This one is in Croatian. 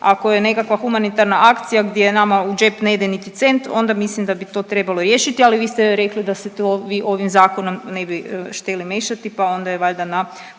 ako je nekakva humanitarna akcija gdje nama u džep ne ide niti cent onda mislim da bi to trebalo riješiti, ali vi ste rekli da se to vi ovim zakonom ne bi šteli mešati, pa onda je valjda na